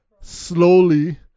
slowly